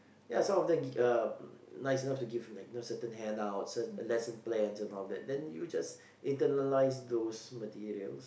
ya some of them gi~ uh nice enough to give you know like certain handouts uh lesson plans and all that you just internalize those materials